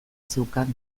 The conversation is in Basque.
zeukan